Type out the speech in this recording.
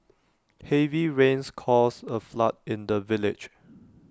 heavy rains caused A flood in the village